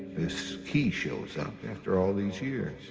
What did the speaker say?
this key shows up after all these years.